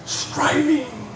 striving